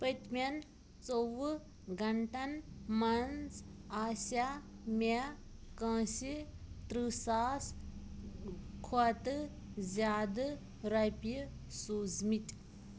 پٔتمٮ۪ن ژۄوُہ گنٛٹن مَنٛز آسیٛا مےٚ کٲنٛسہِ تٕرٛہ ساس کھۄتہٕ زِیٛادٕ رۄپیہِ سوٗزۍمٕتۍ